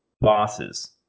bosses